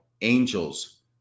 angels